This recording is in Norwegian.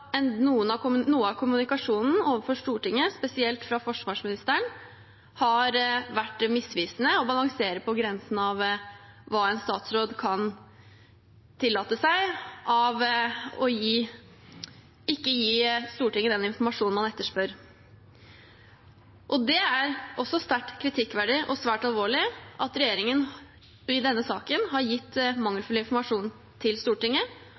Noe av kommunikasjonen overfor Stortinget, spesielt fra forsvarsministeren, har også vært misvisende og balanserer på grensen til hva en statsråd kan tillate seg av ikke å gi Stortinget den informasjonen man etterspør. Det er også sterkt kritikkverdig og svært alvorlig at regjeringen i denne saken har gitt mangelfull informasjon til Stortinget